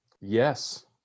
Yes